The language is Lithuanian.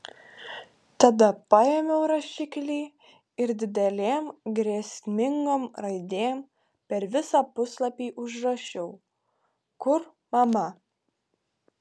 tada paėmiau rašiklį ir didelėm grėsmingom raidėm per visą puslapį užrašiau kur mama